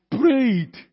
prayed